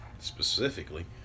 Specifically